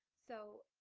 so